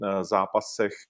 zápasech